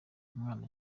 umwana